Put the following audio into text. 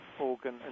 organ